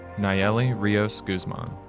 nayeli rios-guzman,